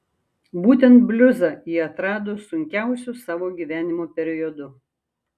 būtent bliuzą ji atrado sunkiausiu savo gyvenimo periodu